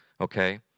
okay